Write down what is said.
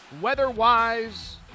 Weather-wise